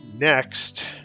next